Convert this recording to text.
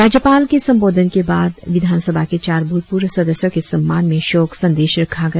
राज्यपाल के संबोधन के बाद विधानसभा के चार भुतपूर्व सदस्यों के सम्मान में शोक संदेश रखा गया